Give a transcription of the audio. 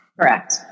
correct